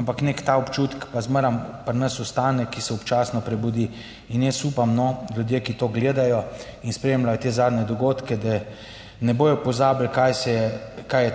ampak nek ta občutek pa zmeraj pri nas ostane, ki se občasno prebudi in jaz upam, no, ljudje, ki to gledajo in spremljajo te zadnje dogodke, da ne bodo pozabili, kaj se je, kaj